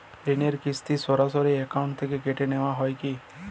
ঋণের কিস্তি সরাসরি অ্যাকাউন্ট থেকে কেটে নেওয়া হয় কি?